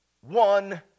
one